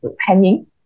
hanging